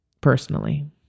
personally